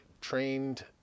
trained